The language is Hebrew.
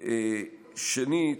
שנית,